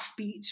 offbeat